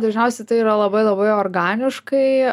dažniausiai tai yra labai labai organiškai